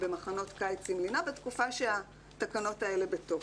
במחנות קיץ עם לינה בתקופה שהתקנות האלה בתוקף.